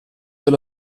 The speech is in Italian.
per